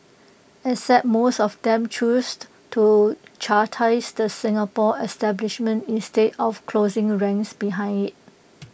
except most of them chose to chastise the Singapore establishment instead of 'closing ranks' behind IT